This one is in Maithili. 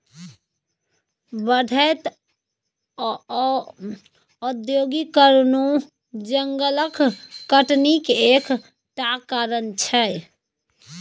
बढ़ैत औद्योगीकरणो जंगलक कटनीक एक टा कारण छै